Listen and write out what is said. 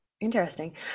Interesting